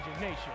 Nation